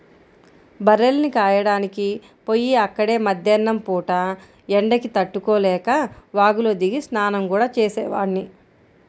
బర్రెల్ని కాయడానికి పొయ్యి అక్కడే మద్దేన్నం పూట ఎండకి తట్టుకోలేక వాగులో దిగి స్నానం గూడా చేసేవాడ్ని